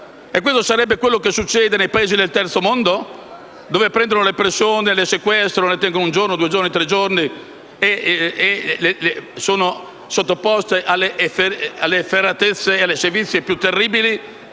E questo sarebbe quello che succede nei Paesi del Terzo mondo, dove prendono le persone, le sequestrano, le tengono per giorni e sono sottoposte alle efferatezze e alle sevizie più terribili?